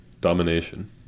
Domination